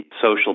social